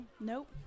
Nope